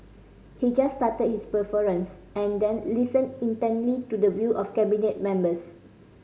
he just started his preference and then listened intently to the view of Cabinet members